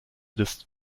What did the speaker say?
des